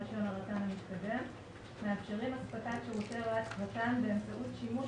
רישיון הרט"ן המתקדם מאפשרים אספקת שירותי רט"ן באמצעות שימוש